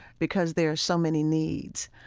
because there are so many needs.